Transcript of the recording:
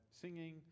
singing